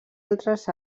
altres